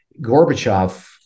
Gorbachev